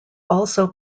also